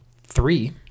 three